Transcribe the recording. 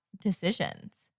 decisions